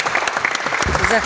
Zato